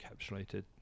encapsulated